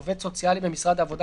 עובד סוציאלי במשרד העבודה,